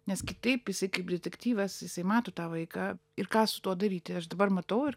nes kitaip jisai kaip detektyvas jisai mato tą vaiką ir ką su tuo daryti aš dabar matau ir